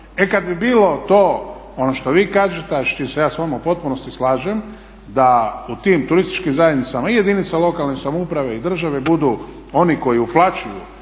E kad bi bilo to on što vi kažete, a s čim se ja s vama u potpunosti slažem da u tim turističkim zajednicama i jedinica lokalne samouprave i države budu oni koji uplaćuju